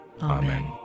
Amen